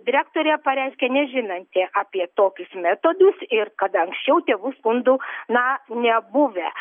direktorė pareiškė nežinanti apie tokius metodus ir kad anksčiau tėvų skundų na nebuvę